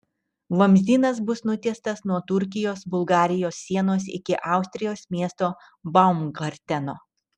vamzdynas bus nutiestas nuo turkijos bulgarijos sienos iki austrijos miesto baumgarteno